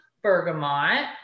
Bergamot